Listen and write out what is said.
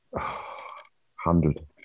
hundred